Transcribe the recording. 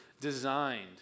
designed